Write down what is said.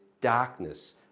darkness